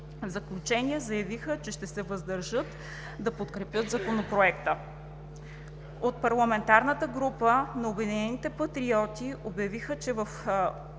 В заключение заявиха, че ще се въздържат да подкрепят Законопроекта. От парламентарната група на „Обединени патриоти“ отбелязаха, че в общините